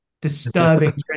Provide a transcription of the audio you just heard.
disturbing